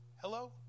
Hello